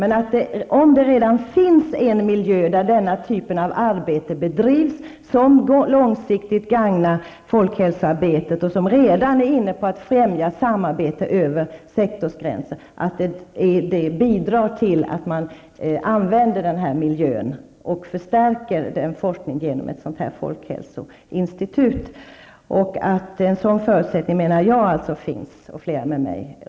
Men om det redan finns en miljö där man bedriver denna typ av arbete, som långsiktigt gagnar folkhälsoarbetet och som redan är inne på att främja samarbete över sektorsgränser -- då bör väl detta arbete bidra till att den miljön används, och då bör väl denna forskning förstärkas genom detta folkhälsoinstitut? Jag och flera med mig menar att dessa förutsättningar redan finns i Malmö.